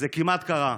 זה כמעט קרה,